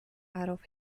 adolf